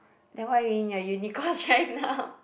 then why you're in your uni course right now